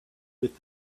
with